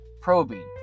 probing